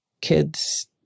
kids